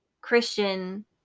Christian